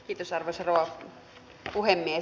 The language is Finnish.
arvoisa rouva puhemies